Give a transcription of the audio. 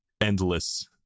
endless